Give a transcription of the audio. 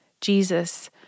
Jesus